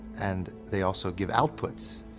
and they also give outputs,